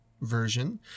version